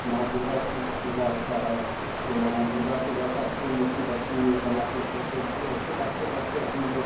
माँ दुर्गा पूजा होती है तो वहाँ दुर्गा पूजा की भी मूर्ति बचपन में ही बनाते थे तो ऐसे करते करते हम लोग